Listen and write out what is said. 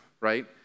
Right